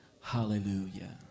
Hallelujah